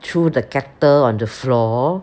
threw the kettle on the floor